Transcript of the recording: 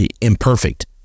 imperfect